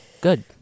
Good